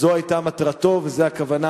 זו היתה מטרתו וזו הכוונה,